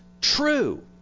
true